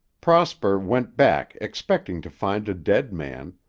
prosper went back expecting to find a dead man,